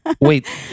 Wait